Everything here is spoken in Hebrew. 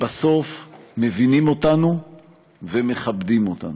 בסוף מבינים אותנו ומכבדים אותנו.